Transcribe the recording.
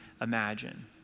imagine